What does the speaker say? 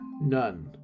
None